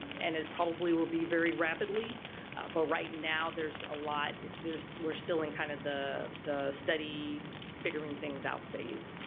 and it probably will be very rapidly but right now there's a lot, we're still in kind of the the study figuring things out phase.